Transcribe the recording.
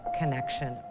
connection